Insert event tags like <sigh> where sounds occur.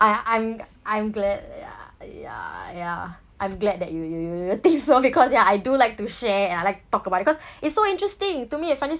I I'm I'm glad yeah yeah yeah I'm glad that you you you think <laughs> so because ya I do like to share I like talk about it cause <breath> it's so interesting to me I find it